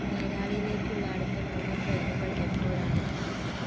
നെരാളിലേക്കുള്ള അടുത്ത മൂന്ന് ട്രെയിനുകൾ എപ്പോഴാണ്